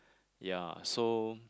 ya so